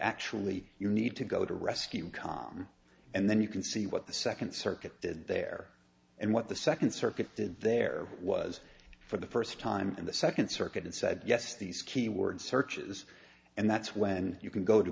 actually you need to go to rescue com and then you can see what the second circuit did there and what the second circuit did there was for the first time and the second circuit and said yes these keyword searches and that's when you can go to